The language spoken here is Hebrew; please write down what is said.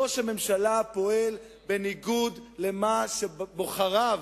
ראש הממשלה פועל בניגוד למה שבוחריו,